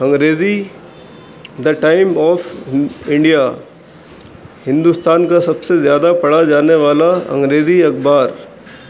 انگریزی دا time of India Hindustan کا سب سے زیادہ پڑھا جانے والا انگریزی اخبار